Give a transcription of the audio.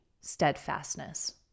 steadfastness